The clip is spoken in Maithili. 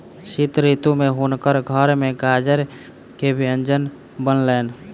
शीत ऋतू में हुनकर घर में गाजर के व्यंजन बनलैन